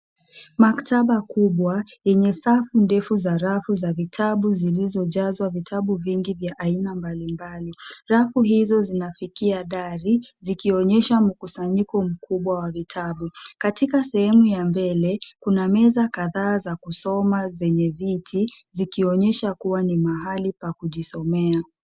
Maktaba kubwa enye safu ndefu za rafu za vitabu zilizojazwa vitabu vingi vya aina mbalimbali. Rafu hizo zinafikia dari zikionyesha mkusanyiko mkubwa wa vitabu. Katika sehemu ya mbele kuna meza kadhaa za kusoma zenye viti zikionyesha kuwa na mahali pa kujisomea.